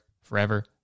forever